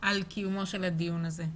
על קיומו של הדיון הזה.